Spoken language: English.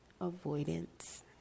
avoidance